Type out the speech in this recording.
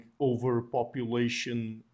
overpopulation